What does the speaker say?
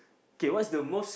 K what's the most